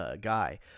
guy